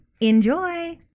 Enjoy